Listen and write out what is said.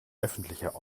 öffentlicher